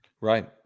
Right